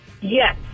Yes